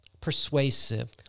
persuasive